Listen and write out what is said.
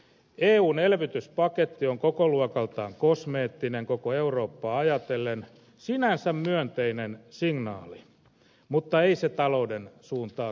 eun elvytyspaketti on kokoluokaltaan kosmeettinen koko eurooppaa ajatellen sinänsä myönteinen signaali mutta ei se talouden suuntaa käännä